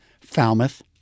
Falmouth